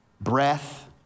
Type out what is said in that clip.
breath